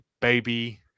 baby